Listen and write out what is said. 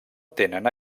tenen